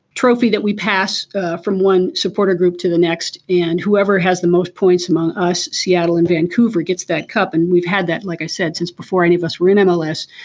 trophy that we pass from one supporter group to the next. and whoever has the most points among us seattle and vancouver gets that cup and we've had that like i said since before any of us were in and mls.